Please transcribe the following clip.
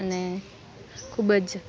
અને ખૂબ જ